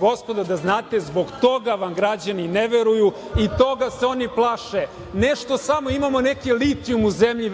Gospodo, da znate, zbog toga vam građani ne veruju i toga se oni plaše. Ne što samo imamo neki litijum u zemlji, već